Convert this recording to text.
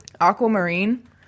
Aquamarine